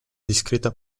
discreta